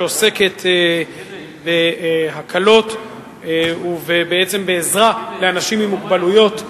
שעוסקת בהקלות ובעצם בעזרה לאנשים עם מוגבלויות,